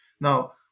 Now